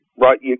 right